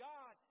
God